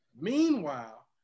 Meanwhile